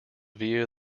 via